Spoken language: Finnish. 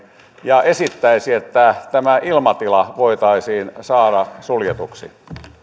ja esittäisi että tämä ilmatila voitaisiin saada suljetuksi